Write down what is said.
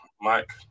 Mike